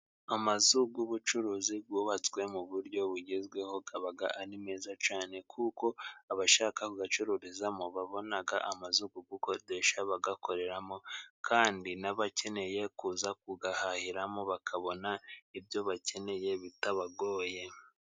Amazu y'ubucuruzi bwubatswe mu buryo bugezweho aba ari meza cyane kuko abashaka gucururizamo babona amazu yo gukodesha ,bagakoreramo . Kandi n'abakeneye kuza kuyahahiramo bakabona ibyo bakeneye bitabagoye.